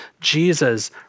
Jesus